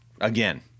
again